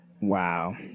Wow